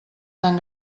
tan